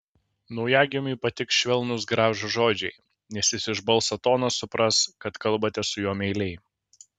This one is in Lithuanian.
naujagimiui patiks švelnūs gražūs žodžiai nes jis iš balso tono supras kad kalbate su juo meiliai